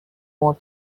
more